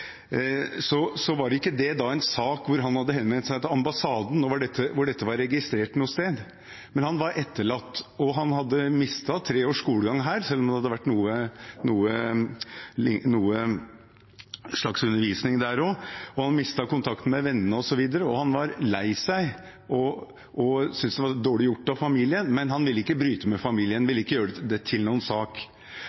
Det var ikke en sak hvor han hadde henvendt seg til ambassaden, og hvor dette var registrert noe sted. Men han var etterlatt der og hadde mistet tre års skolegang her, selv om det hadde vært en slags undervisning der også, og han mistet kontakten med venner osv. Han var lei seg og syntes det var dårlig gjort av familien, men han ville ikke bryte med familien